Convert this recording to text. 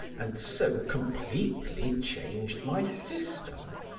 and so completely changed my system.